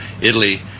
italy